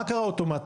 מה קרה אוטומטית?